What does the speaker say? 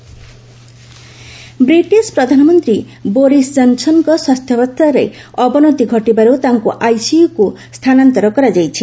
Boris Johnson British ପ୍ରଧାନମନ୍ତ୍ରୀ Boris ଜନସନଙ୍କ ସ୍ପାସ୍ଥ୍ୟାବସ୍ଥାରେ ଅବନତି ଘଟିବାରୁ ତାଙ୍କୁ ଆଇସିୟୁକୁ ସ୍ଥାନାନ୍ତରିତ କରାଯାଇଛି